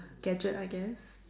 gadget I guess